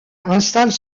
installe